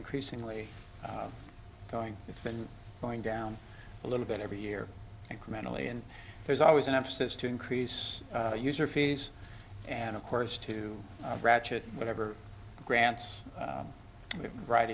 increasingly going it's been going down a little bit every year incrementally and there's always an emphasis to increase user fees and of course to ratchet whatever grants that right